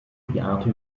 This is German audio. beate